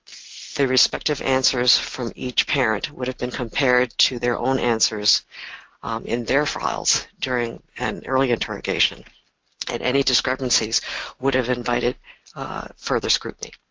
their respective answers from each parent would have been compared to their own answers in their files during an earlier interrogation and any discrepancies would have invited further scrutiny.